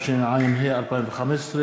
התשע"ה 2015,